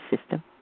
system